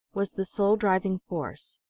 was the sole driving force.